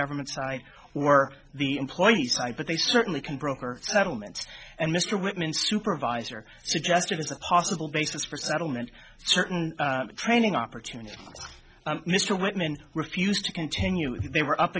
government side or the employees side but they certainly can broker settlement and mr whitman supervisor suggested as a possible basis for settlement certain training opportunities mr whitman refused to continue they were up